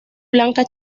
blanca